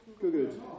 good